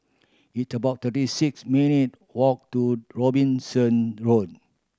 it about thirty six minute walk to Robinson Road